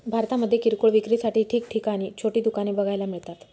भारतामध्ये किरकोळ विक्रीसाठी ठिकठिकाणी छोटी दुकाने बघायला मिळतात